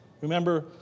remember